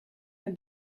mehr